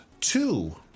two